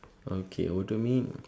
okay over to me